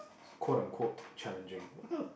so code uncode challenging what the